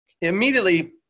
immediately